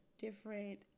different